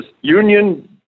union